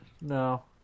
No